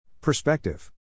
Perspective